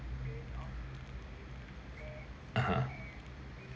(uh huh)